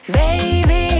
baby